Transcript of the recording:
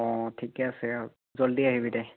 অঁ ঠিকে আছে জল্দি আহিবি দে